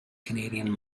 canadian